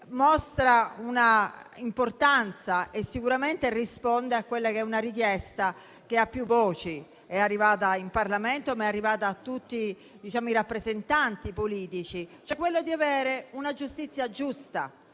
mostra una importanza e che sicuramente risponde a una richiesta che a più voci è arrivata in Parlamento, ed è arrivata a tutti i rappresentanti politici: quella, cioè, di avere una giustizia giusta.